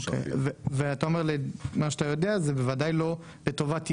וממה שאתה יודע זה בוודאי לא לטובת ייצוא.